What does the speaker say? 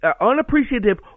unappreciative